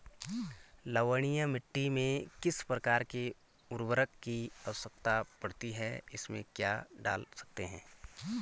लवणीय मिट्टी में किस प्रकार के उर्वरक की आवश्यकता पड़ती है इसमें क्या डाल सकते हैं?